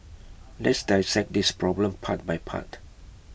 let's dissect this problem part by part